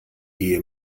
gehe